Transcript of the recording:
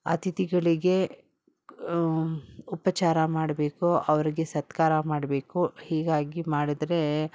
ಅತಿಥಿಗಳಿಗೆ ಉಪಚಾರ ಮಾಡಬೇಕು ಅವ್ರಿಗೆ ಸತ್ಕಾರ ಮಾಡಬೇಕು ಹೀಗಾಗಿ ಮಾಡಿದ್ರೇ